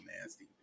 nasty